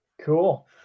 cool